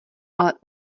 ale